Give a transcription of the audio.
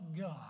God